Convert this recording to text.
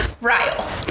Ryle